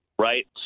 Right